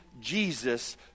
Jesus